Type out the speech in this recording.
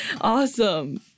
awesome